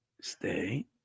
Stay